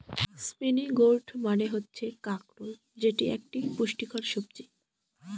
spiny gourd মানে হচ্ছে কাঁকরোল যেটি একটি পুষ্টিকর সবজি